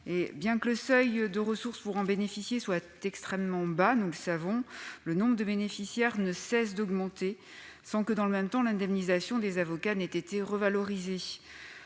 Bien que le seuil de ressources pour en bénéficier soit extrêmement bas, nous le savons, le nombre de bénéficiaires ne cesse d'augmenter sans que, dans le même temps, l'indemnisation des avocats ait été revalorisée.